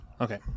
Okay